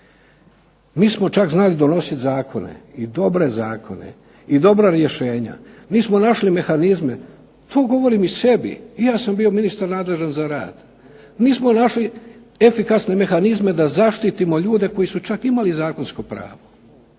Mi smo čak znali donositi zakone i dobre zakone i dobra rješenja. Mi smo našli mehanizme. To govorim i sebi, i ja sam bio ministar nadležan za rad. Mi smo našli efikasne mehanizme da zaštitimo ljude koji su čak imali zakonsko pravo.